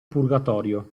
purgatorio